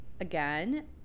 again